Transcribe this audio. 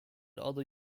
other